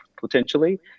potentially